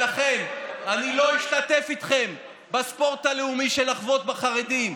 ולכן אני לא אשתתף אתכם בספורט הלאומי של לחבוט בחרדים.